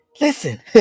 listen